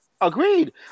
Agreed